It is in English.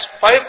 five